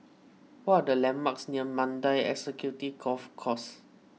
what are the landmarks near Mandai Executive Golf Course